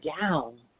down